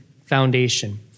foundation